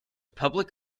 public